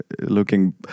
looking